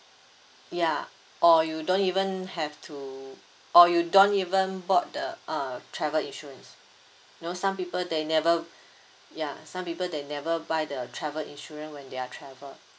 ya or you don't even have to or you don't even bought the uh travel insurance you know some people they never ya some people they never buy the travel insurance when they are travel